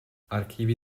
archivi